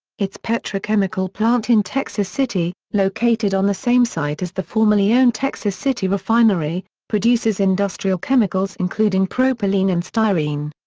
its petrochemical plant in texas city, located on the same site as the formerly owned texas city refinery, produces industrial chemicals including propylene and styrene.